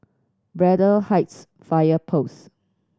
Braddell Heights Fire Post